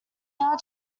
now